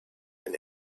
and